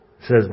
says